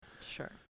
Sure